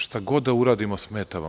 Šta god da uradimo smeta vam.